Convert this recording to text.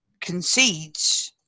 concedes